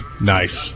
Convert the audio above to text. Nice